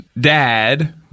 dad